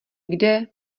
kde